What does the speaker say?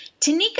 Tanika